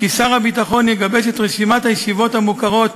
כי שר הביטחון יגבש את רשימת הישיבות המוכרות